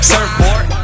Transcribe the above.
Surfboard